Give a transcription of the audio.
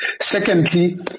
Secondly